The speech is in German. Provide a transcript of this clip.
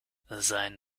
sein